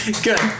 Good